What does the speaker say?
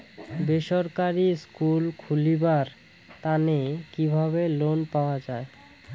বেসরকারি স্কুল খুলিবার তানে কিভাবে লোন পাওয়া যায়?